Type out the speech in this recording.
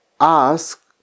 ask